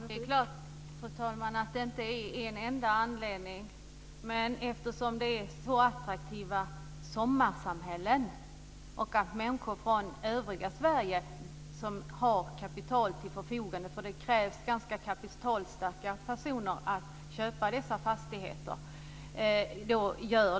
Fru talman! Det är klart att det inte är den enda anledningen. Eftersom det är så attraktiva sommarsamhällen kan människor från övriga Sverige som har kapital till förfogande - det krävs ganska kapitalstarka personer - köpa dessa fastigheter.